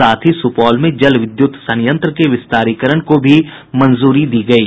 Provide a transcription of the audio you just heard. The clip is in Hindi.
साथ ही सुपौल में जल विद्युत संयंत्र के विस्तारीकरण को भी मंजूरी दी गयी